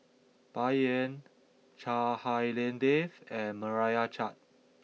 Bai Yan Chua Hak Lien Dave and Meira Chand